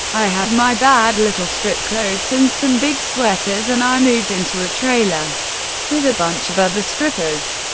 i had my bad little strip clothes and some big sweaters, and i moved into a trailer with a bunch of other strippers.